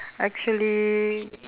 actually